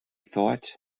thought